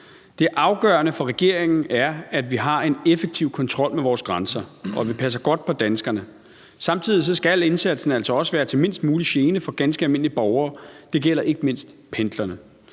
Det afgørende for regeringen er, at vi har en effektiv kontrol med vores grænser, og at vi passer godt på danskerne. Samtidig skal indsatsen altså også være til mindst mulig gene for ganske almindelige borgere; det gælder ikke mindst pendlerne.